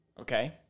okay